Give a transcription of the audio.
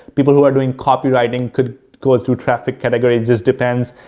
people who are doing copywriting could go to traffic category, just depends.